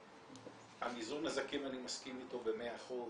על מיזעור נזקים אני מסכים איתו במאה אחוז,